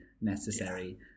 necessary